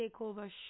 takeover